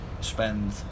spend